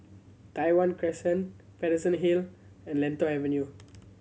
Tai Hwan Crescent Paterson Hill and Lentor Avenue